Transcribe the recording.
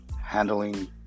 handling